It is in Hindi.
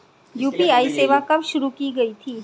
यू.पी.आई सेवा कब शुरू की गई थी?